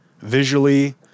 visually